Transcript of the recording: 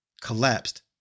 collapsed